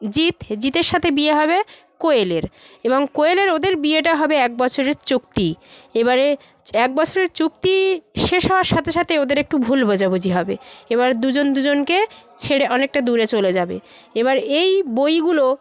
জিৎ জিতের সাথে বিয়ে হবে কোয়েলের এবং কোয়েলের ওদের বিয়েটা হবে এক বছরের চুক্তি এবারে এক বছরের চুক্তি শেষ হওয়ার সাথে সাথে ওদের একটু ভুল বোঝাবুঝি হবে এবার দুজন দুজনকে ছেড়ে অনেকটা দূরে চলে যাবে এবার এই বইগুলো